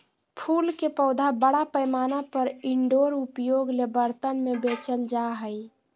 फूल के पौधा बड़ा पैमाना पर इनडोर उपयोग ले बर्तन में बेचल जा हइ